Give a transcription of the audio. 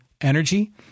energy